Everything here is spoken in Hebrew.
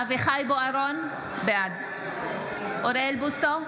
בוארון, בעד אוריאל בוסו,